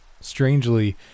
Strangely